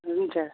हुन्छ